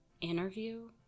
interview